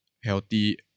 healthy